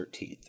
13th